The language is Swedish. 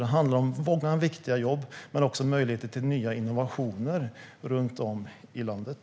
Det handlar om många viktiga jobb och också om möjligheter till nya innovationer runt om i landet.